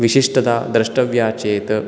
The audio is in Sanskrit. विशिष्टता द्रष्टव्या चेत्